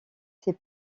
ses